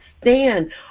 stand